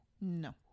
no